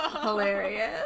hilarious